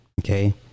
okay